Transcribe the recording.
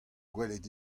gwelet